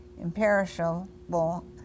imperishable